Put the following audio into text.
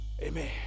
Amen